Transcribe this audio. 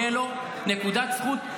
תהיה לו נקודת זכות,